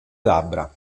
labbra